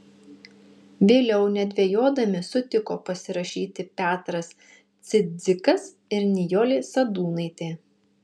vėliau nedvejodami sutiko pasirašyti petras cidzikas ir nijolė sadūnaitė